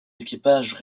équipages